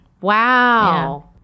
Wow